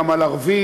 גם על ערבים,